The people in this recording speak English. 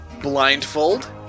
blindfold